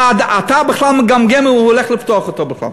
ואתה בכלל מגמגם אם הוא הולך לפתוח אותה בכלל.